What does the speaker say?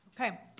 Okay